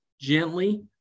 gently